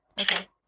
Okay